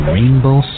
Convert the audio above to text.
Rainbow